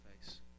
face